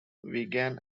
wigan